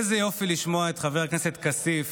איזה יופי לשמוע את חבר הכנסת כסיף.